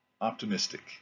optimistic